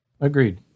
agreed